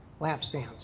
Lampstands